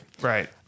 Right